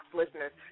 listeners